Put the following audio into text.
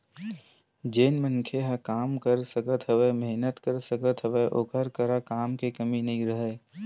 जेन मनखे ह काम कर सकत हवय, मेहनत कर सकत हवय ओखर करा काम के कमी नइ राहय